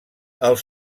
els